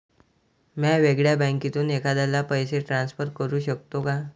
म्या वेगळ्या बँकेतून एखाद्याला पैसे ट्रान्सफर करू शकतो का?